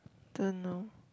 don't know